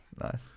Nice